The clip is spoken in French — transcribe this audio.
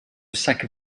sacs